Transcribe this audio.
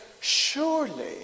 surely